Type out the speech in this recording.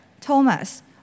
Thomas